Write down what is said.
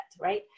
right